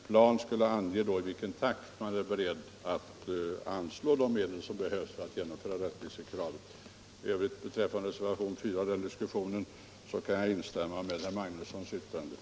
Planen skulle ange i vilken takt man är beredd att anslå de medel som behövs för att genomföra rättvisekravet. Beträffande reservationen 4 kan jag instämma i vad herr Magnusson i Nennesholm har sagt.